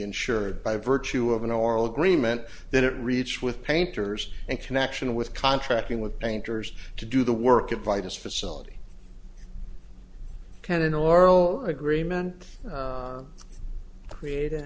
insured by virtue of an oral agreement then it reads with painters and connection with contracting with painters to do the work at vitus facility can an oral agreement create a